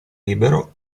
libero